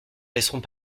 laisseront